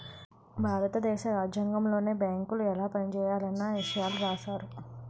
భారత దేశ రాజ్యాంగంలోనే బేంకులు ఎలా పనిజేయాలన్న ఇసయాలు రాశారు